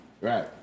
right